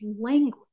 language